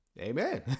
amen